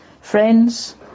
friends